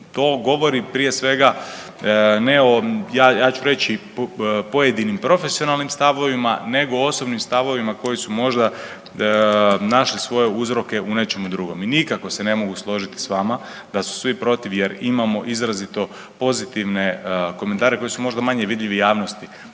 vam govori prije svega, ne o, ja ću reći, pojedinim profesionalnim stavovima, nego osobnim stavovima koji su možda našli svoje uzroke u nečemu drugom i nikako se ne mogu složiti s vama da su svi protiv jer imamo izrazito pozitivne komentare koji su možda manje vidljivi javnosti,